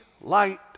light